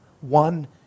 One